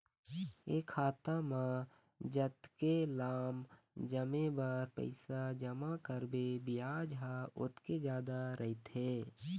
ए खाता म जतके लाम समे बर पइसा जमा करबे बियाज ह ओतके जादा रहिथे